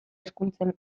hizkuntzen